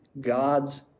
God's